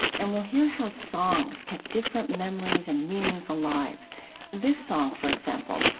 and we'll hear how songs kept different memories and meanings alive this song, for example,